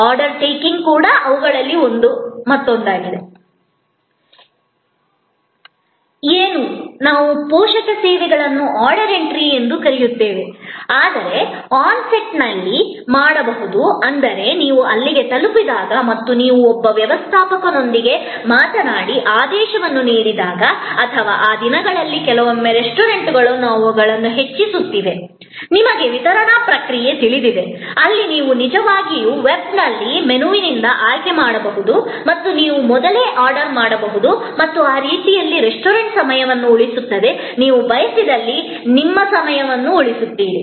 order taking ಅವುಗಳಲ್ಲಿ ಮತ್ತೊಂದು ನಾವು ಪೋಷಕ ಸೇವೆಗಳನ್ನು ಆರ್ಡರ್ ಎಂಟ್ರಿ ಎಂದು ಕರೆಯುತ್ತೇವೆ ಅದನ್ನು ಆನ್ ಸೈಟ್ನಲ್ಲಿ ಮಾಡಬಹುದು ಅಂದರೆ ನೀವು ಅಲ್ಲಿಗೆ ತಲುಪಿದಾಗ ಮತ್ತು ನೀವು ಒಬ್ಬ ವ್ಯವಸ್ಥಾಪಕನೊಂದಿಗೆ ಮಾತನಾಡಿ ಆದೇಶವನ್ನು ನೀಡಿದಾಗ ಅಥವಾ ಈ ದಿನಗಳಲ್ಲಿ ಕೆಲವೊಮ್ಮೆ ರೆಸ್ಟೋರೆಂಟ್ಗಳು ಅವುಗಳನ್ನು ಹೆಚ್ಚಿಸುತ್ತಿವೆ ನಿಮಗೆ ವಿತರಣಾ ಪ್ರಕ್ರಿಯೆ ತಿಳಿದಿದೆ ಅಲ್ಲಿ ನೀವು ನಿಜವಾಗಿಯೂ ವೆಬ್ನಲ್ಲಿನ ಮೆನುವಿನಿಂದ ಆಯ್ಕೆ ಮಾಡಬಹುದು ಮತ್ತು ನೀವು ಮೊದಲೇ ಆರ್ಡರ್ ಮಾಡಬಹುದು ಮತ್ತು ಆ ರೀತಿಯಲ್ಲಿ ರೆಸ್ಟೋರೆಂಟ್ ಸಮಯವನ್ನು ಉಳಿಸುತ್ತದೆ ನೀವು ಬಯಸಿದಲ್ಲಿ ಸಮಯವನ್ನು ಉಳಿಸುತ್ತೀರಿ